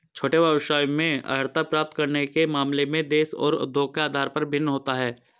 छोटे व्यवसायों में अर्हता प्राप्त करने के मामले में देश और उद्योग के आधार पर भिन्न होता है